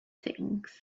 things